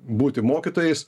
būti mokytojais